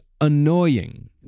annoying